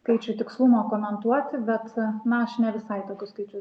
skaičių tikslumo komentuoti bet na aš ne visai tokius skaičius